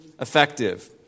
effective